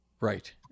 right